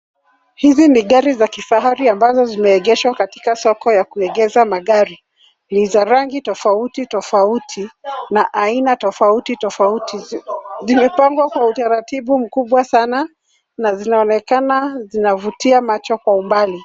Hizi ni gari za kifahari ambazo zimeegeshwa katika soko la kuegesha magari. Ni za rangi tofautitofauti na aina tofautitofauti. Zimepangwa kwa utaratibu mkubwa sana na zinaonekana zinavutia macho kwa umbali.